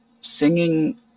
singing